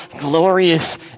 glorious